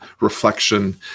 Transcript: reflection